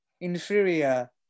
inferior